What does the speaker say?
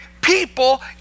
people